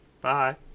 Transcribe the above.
Bye